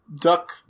duck